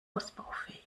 ausbaufähig